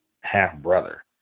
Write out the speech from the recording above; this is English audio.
half-brother